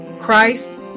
Christ